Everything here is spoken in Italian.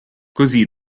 così